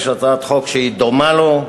יש הצעת חוק שדומה לה.